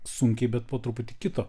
sunkiai bet po truputį kito